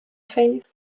faith